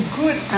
good